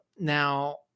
Now